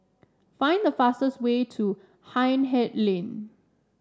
find the fastest way to Hindhede Lane